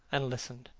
and listened.